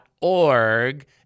org